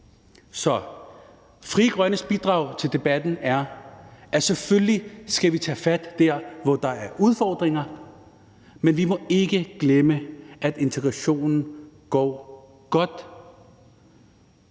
Så Frie Grønnes bidrag til debatten er, at selvfølgelig skal vi tage fat der, hvor der er udfordringer, men vi må ikke glemme, at integrationen går godt.